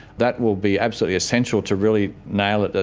that will be absolutely essential to really nail it that,